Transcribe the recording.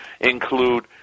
include